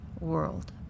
world